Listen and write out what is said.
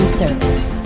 service